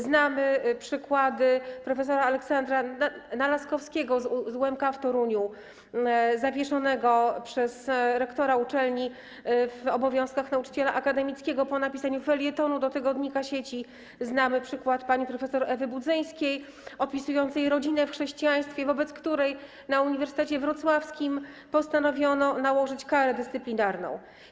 Znamy przykład prof. Aleksandra Nalaskowskiego z UMK w Toruniu zawieszonego przez rektora uczelni w obowiązkach nauczyciela akademickiego po napisaniu felietonu do tygodnika „Sieci”, znamy przykład pani prof. Ewy Budzyńskiej opisującej rodzinę w chrześcijaństwie, na którą na Uniwersytecie Wrocławskim postanowiono nałożyć karę dyscyplinarną.